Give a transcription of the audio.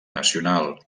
nacional